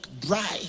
dry